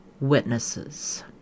witnesses